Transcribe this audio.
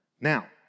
Now